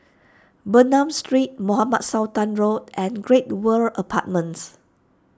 Bernam Street Mohamed Sultan Road and Great World Apartments